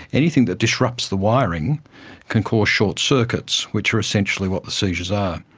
anything that disrupts the wiring can cause short circuits which are essentially what the seizures are.